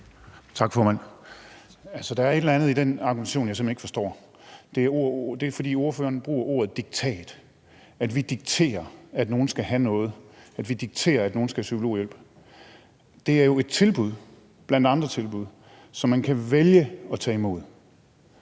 Tak, formand. Altså, der er et eller andet i den argumentation, jeg simpelt hen ikke forstår. Det er, fordi ordføreren bruger ordet diktat – at vi dikterer, at nogen skal have noget, at vi dikterer, at nogen skal have psykologhjælp. Det er jo et tilbud blandt andre tilbud, som man kan vælge at tage imod.